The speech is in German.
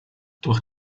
durch